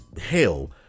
hell